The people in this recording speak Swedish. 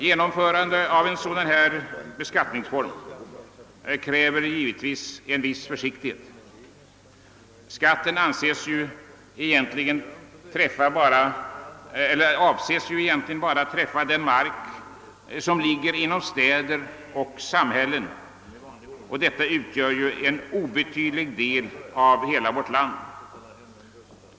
Genomförandet av en beskattningsform som den nu föreslagna kräver givetvis en viss försiktighet. Skatten avses ju träffa bara den mark som ligger inom städer och samhällen, men dessa utgör en obetydlig del av vårt land.